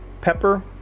pepper